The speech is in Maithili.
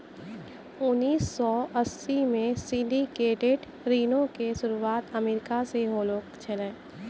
उन्नीस सौ अस्सी मे सिंडिकेटेड ऋणो के शुरुआत अमेरिका से होलो छलै